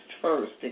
first